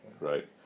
right